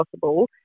possible